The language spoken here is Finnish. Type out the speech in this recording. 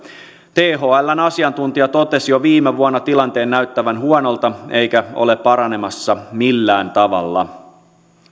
thln asiantuntija totesi jo viime vuonna tilanteen näyttävän huonolta eikä se ole paranemassa millään tavalla